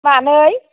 मानै